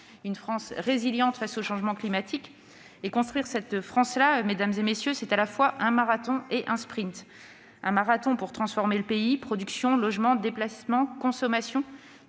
un pays résilient face au changement climatique. Construire cette France-là, mesdames, messieurs les sénateurs, c'est à la fois un marathon et un sprint : un marathon pour transformer le pays- production, logement, déplacements, consommation,